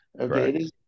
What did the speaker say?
Okay